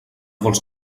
vols